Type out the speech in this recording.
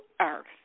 earth